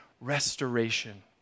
restoration